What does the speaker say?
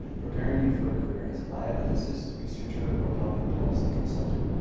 preparing you for a career as a bioethicist, researcher, or public policy consultant.